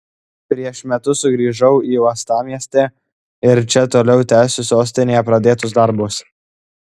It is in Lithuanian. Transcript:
prieš metus sugrįžau į uostamiestį ir čia toliau tęsiu sostinėje pradėtus darbus